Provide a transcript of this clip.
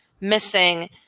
missing